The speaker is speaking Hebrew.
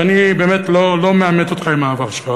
ואני באמת לא מעמת אותך עם העבר שלך,